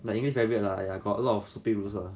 like english very weird lah !aiya! got a lot of stupid rules lah